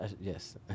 Yes